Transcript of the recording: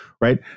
right